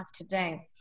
today